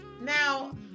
Now